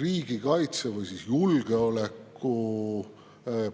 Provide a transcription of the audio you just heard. riigikaitse või julgeoleku